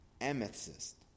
amethyst